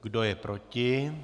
Kdo je proti?